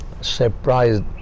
surprised